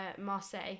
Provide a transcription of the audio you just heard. marseille